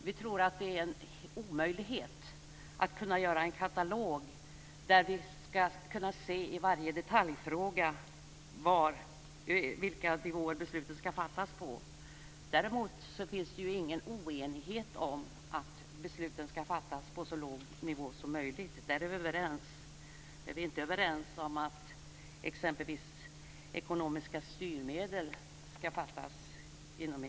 Vi tror att det är en omöjlighet att skapa en katalog där man i varje detaljfråga kan se vilka nivåer besluten skall fattas på. Däremot finns det ingen oenighet om att besluten skall fattas på så låg nivå som möjligt. Där är vi överens. Men vi är inte överens om att exempelvis beslut om ekonomiska styrmedel skall fattas inom EU.